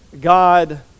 God